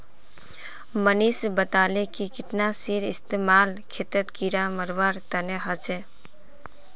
मनीष बताले कि कीटनाशीर इस्तेमाल खेतत कीड़ा मारवार तने ह छे